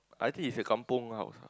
I think is a kampung house ah